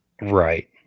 Right